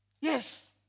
Yes